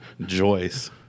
Joyce